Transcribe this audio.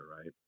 right